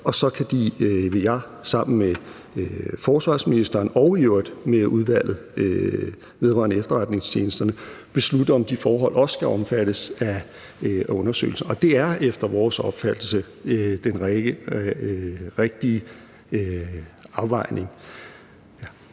og så vil jeg sammen med forsvarsministeren og i øvrigt Udvalget vedrørende Efterretningstjenesterne, beslutte, om de forhold også skal omfattes af undersøgelsen. Og det er efter vores opfattelse den rigtige afvejning.